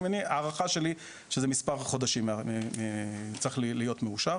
הערכה שלי שזה צריך להיות מאושר בעוד מספר חודשים.